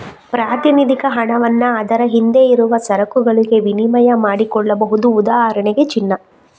ಪ್ರಾತಿನಿಧಿಕ ಹಣವನ್ನ ಅದರ ಹಿಂದೆ ಇರುವ ಸರಕುಗಳಿಗೆ ವಿನಿಮಯ ಮಾಡಿಕೊಳ್ಬಹುದು ಉದಾಹರಣೆಗೆ ಚಿನ್ನ